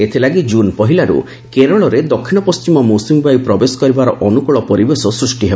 ଏଥିଲାଗି ଜୁନ୍ ପହିଲାରୁ କେରଳରେ ଦକ୍ଷିଣ ପଣ୍ଟିମ ମୌସୁମୀ ବାୟୁ ପ୍ରବେଶ କରିବାର ଅନୁକ୍ରଳ ପରିବେଶ ସୃଷ୍ଟି ହେବ